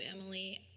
Emily